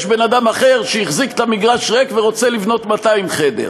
יש בן-אדם אחר שהחזיק את המגרש ריק ורוצה לבנות 200 חדרים.